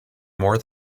more